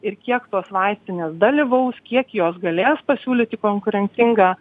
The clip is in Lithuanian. ir kiek tos vaistinės dalyvaus kiek jos galės pasiūlyti konkurencingą